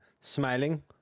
smiling